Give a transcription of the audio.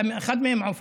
אתה אחד מהם, עופר.